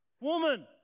Woman